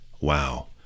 Wow